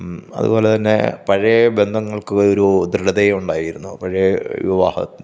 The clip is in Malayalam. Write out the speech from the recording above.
അതുപോലെ തന്നെ പഴയ ബന്ധങ്ങൾക്കൊരു ദൃഢതയുണ്ടായിരുന്നു പഴയ വിവാഹം